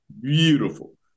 Beautiful